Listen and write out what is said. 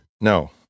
No